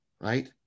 right